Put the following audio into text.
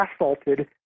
assaulted